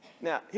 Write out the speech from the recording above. Now